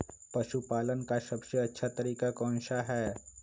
पशु पालन का सबसे अच्छा तरीका कौन सा हैँ?